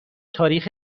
تاریخ